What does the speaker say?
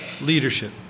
leadership